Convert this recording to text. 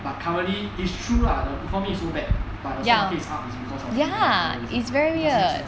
but currently it's true lah the economy is so bad but the stock market is up is because of him for no reason lah it doesn't make sense